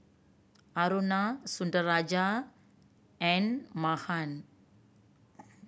Aruna Sundaraiah and Mahan